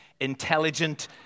intelligent